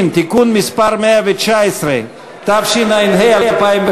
נמצאה האבדה.